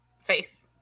faith